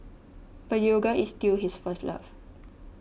but yoga is still his first love